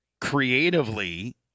creatively